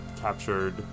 captured